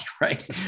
right